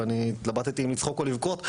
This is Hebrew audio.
ואני התלבטתי אם לצחוק או לבכות.